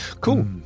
cool